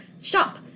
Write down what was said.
shop